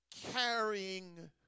carrying